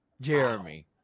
Jeremy